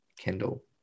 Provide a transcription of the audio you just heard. Kendall